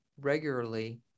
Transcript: regularly